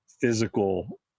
physical